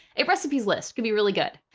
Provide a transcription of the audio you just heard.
a recipes list could be really good.